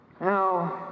Now